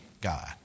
God